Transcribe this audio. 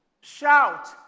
Shout